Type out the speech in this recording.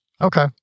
Okay